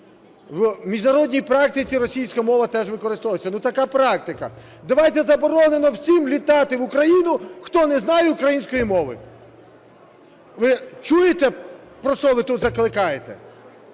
У міжнародній практиці російська мова теж використовується – така практика. Давайте заборонимо всім літати в Україну, хто не знає української мови. Ви чуєте, про що ви тут закликаєте?